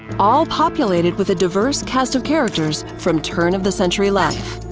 all populated with a diverse cast of characters from turn of the century life.